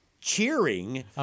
cheering